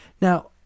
Now